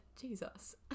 Jesus